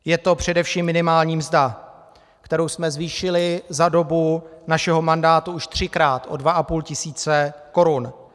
Je to především minimální mzda, kterou jsme zvýšili za dobu našeho mandátu už třikrát o 2,5 tisíce korun.